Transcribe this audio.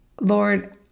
Lord